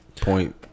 point